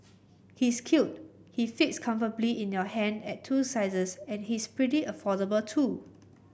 he's cute he fits comfortably in your hand at two sizes and he's pretty affordable too